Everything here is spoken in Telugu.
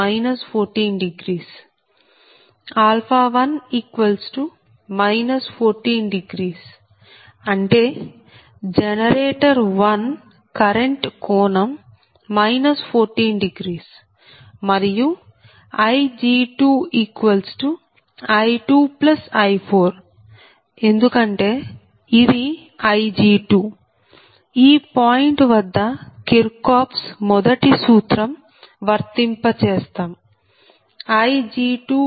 1 14 అంటే జనరేటర్ 1 కరెంట్ కోణం 14 మరియు Ig2I2I4 ఎందుకంటే ఇది Ig2 ఈ పాయింట్ వద్ద కిర్చ్చోఫ్స్Kirchhoff's మొదటి సూత్రం వర్తింప చేస్తాం Ig2I2I43